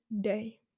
day